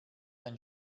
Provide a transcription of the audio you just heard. ein